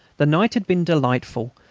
the night had been delightful,